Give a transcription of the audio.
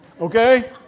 Okay